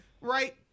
right